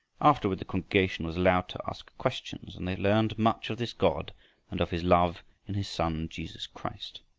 afterward the congregation was allowed to ask questions, and they learned much of this god and of his love in his son jesus christ.